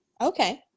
Okay